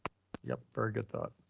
yup, very good thought.